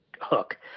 hook